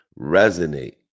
resonate